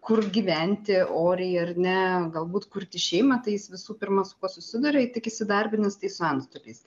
kur gyventi oriai ar ne galbūt kurti šeimą tai jis visų pirma su kuo susiduria tik įsidarbinęs tai su antstoliais